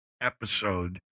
episode